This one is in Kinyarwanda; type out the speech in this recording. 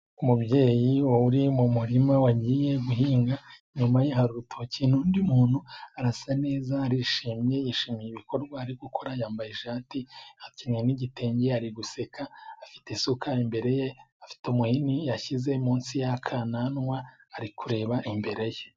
Umubyeyi uri mu murima wagiye guhinga. Inyuma ye hari urutoki n'undi muntu. Arasa neza, arishimye, yishimiye ibikorwa ari gukora. Yambaye ishati akenyeye n'igitenge ari guseka afite isuka imbere ye. Afite umuhini yashyize munsi y'akananwa ari kureba imbere ye.